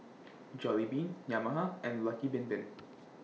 Jollibean Yamaha and Lucky Bin Bin